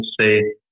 say